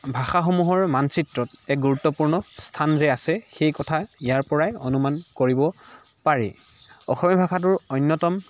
ভাষাসমূহৰ মানচিত্ৰত এক গুৰুত্বপূৰ্ণ স্থান যে আছে সেই কথা ইয়াৰ পৰাই অনুমান কৰিব পাৰি অসমীয়া ভাষাটোৰ অন্যতম